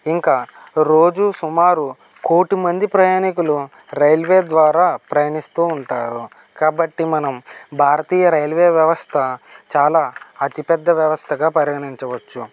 ఇంకా రోజూ సుమారు కోటి మంది ప్రయాణికులు రైల్వే ద్వారా ప్రయాణిస్తూ ఉంటారు కాబట్టి మనం భారతీయ రైల్వే వ్యవస్థ చాలా అతి పెద్ద వ్యవస్థగా పరిగణించవచ్చు